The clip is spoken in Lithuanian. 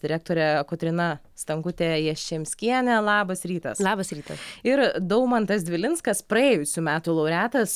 direktorė kotryna stankutė jaščemskienė labas rytas labas rytas ir daumantas dvilinskas praėjusių metų laureatas